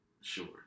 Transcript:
Sure